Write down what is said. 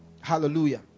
Hallelujah